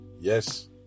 Yes